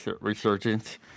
resurgence